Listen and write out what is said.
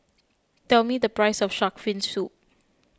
tell me the price of Shark's Fin Soup